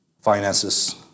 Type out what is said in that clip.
finances